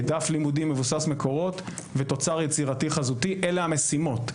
דף לימודי מבוסס מקורות ותוצר יצירתי-חזותי אלה המשימות.